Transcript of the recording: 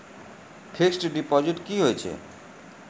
Fixed deposit की होय छै?